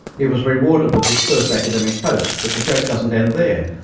he was rewarded with his first academic post but the joke doesn't end there.